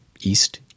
east